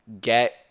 get